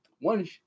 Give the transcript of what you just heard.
one